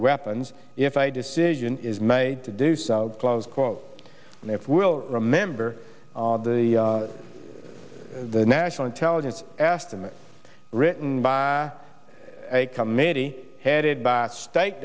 weapons if i decision is made to do so close quote and if we'll remember the the national intelligence estimate written by a committee headed by state